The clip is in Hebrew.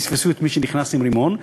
פספסו את מי שנכנס עם רימון.